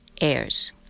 heirs